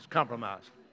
compromised